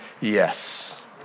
yes